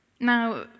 Now